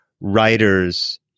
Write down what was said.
writers